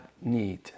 need